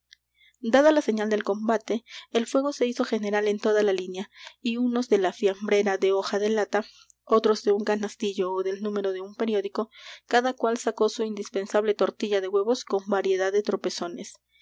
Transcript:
dada la señal del combate el fuego se hizo general en toda la línea y unos de la fiambrera de hoja de lata otros de un canastillo ó del número de un periódico cada cual sacó su indispensable tortilla de huevos con variedad de tropezones